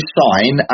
sign